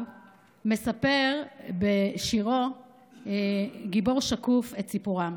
זהר ופסי מספרת בשירה "גיבור שקוף" את סיפורם